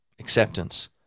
acceptance